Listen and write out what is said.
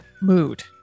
mood